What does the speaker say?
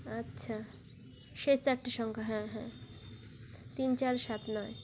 আচ্ছা শেষ চারটে সংখ্যা হ্যাঁ হ্যাঁ তিন চার সাত নয়